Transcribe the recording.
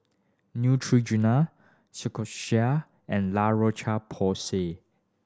Neutrogena and La Roche Porsay